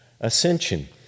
Ascension